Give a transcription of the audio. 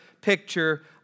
picture